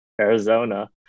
Arizona